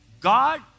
God